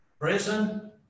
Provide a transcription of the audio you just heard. prison